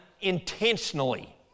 intentionally